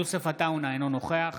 יוסף עטאונה, אינו נוכח